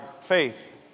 faith